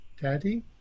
daddy